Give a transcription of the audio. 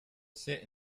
sit